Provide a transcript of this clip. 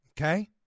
Okay